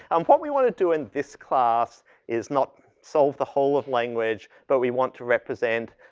um what we wanna do in this class is not solve the whole of language, but we want to represent,